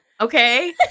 Okay